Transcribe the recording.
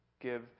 give